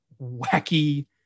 wacky